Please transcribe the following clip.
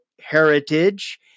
heritage